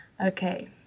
Okay